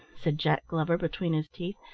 said jack glover between his teeth,